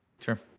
Sure